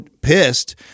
pissed